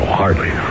hardly